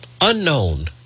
Unknown